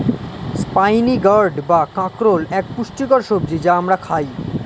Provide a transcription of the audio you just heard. spiny gourd বা কাঁকরোল এক পুষ্টিকর সবজি যা আমরা খাই